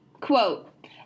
quote